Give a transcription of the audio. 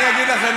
אני אגיד לך.